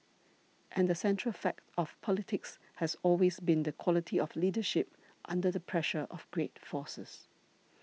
and the central fact of politics has always been the quality of leadership under the pressure of great forces